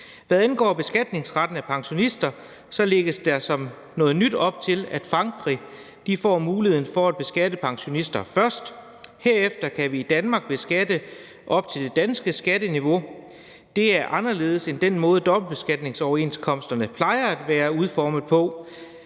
Hvad angår beskatningsretten af pensionister, lægges der som noget nyt op til, at Frankrig får muligheden for at beskatte pensionister først. Herefter kan vi i Danmark beskatte op til det danske skatteniveau. Det er anderledes end den måde, dobbeltbeskatningsoverenskomsterne plejer at være udformet på,